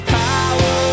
power